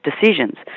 decisions